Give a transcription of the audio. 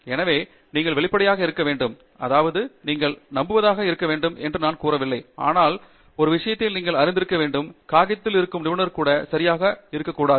எனவே நீங்கள் வெளிப்படையாக இருக்க வேண்டும் அதாவது நீங்கள் நம்புவதாக இருக்க வேண்டும் என்று நான் கூறவில்லை ஆனால் ஒரு விஷயத்தை நீங்கள் திறந்திருக்க வேண்டும் காகிதத்தில் இருக்கும் நிபுணர் கூட சரியாக இருக்கக்கூடாது